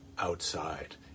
outside